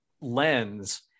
lens